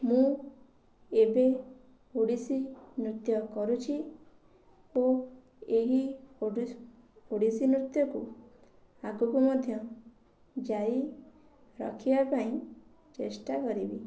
ମୁଁ ଏବେ ଓଡ଼ିଶୀ ନୃତ୍ୟ କରୁଛି ଓ ଏହି ଓଡ଼ିଶୀ ନୃତ୍ୟକୁ ଆଗକୁ ମଧ୍ୟ ଜାରି ରଖିବା ପାଇଁ ଚେଷ୍ଟା କରିବି